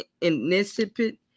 incipient